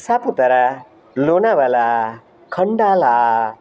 Saputara Lonavala Khandala